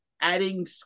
adding